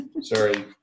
Sorry